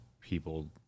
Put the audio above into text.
people